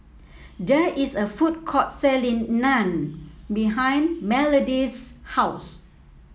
there is a food court selling Naan behind Melody's house